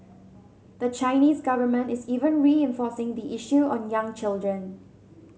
the Chinese government is even reinforcing the issue on young children